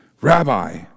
Rabbi